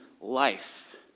life